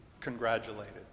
congratulated